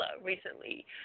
recently